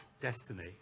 destiny